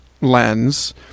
lens